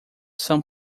são